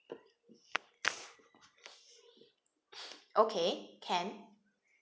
okay can